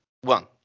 one